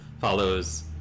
follows